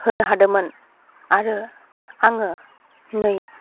होनो हादोंमोन आरो आङो दिनै